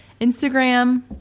Instagram